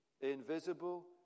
invisible